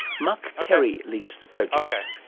mark perry leads the project.